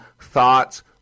thoughts